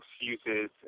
excuses